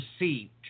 received